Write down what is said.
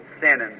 sinning